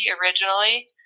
originally